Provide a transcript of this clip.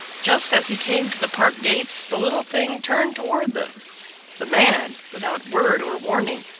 just as he came to the park gates the little thing turned toward them the man, without word or warning,